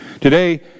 Today